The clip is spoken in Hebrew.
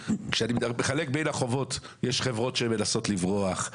כשאני מחלק בין החובות, יש חברות שמנסות לברוח.